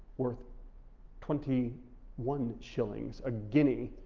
worth twenty one shillings, a guinea,